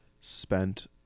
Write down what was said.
spent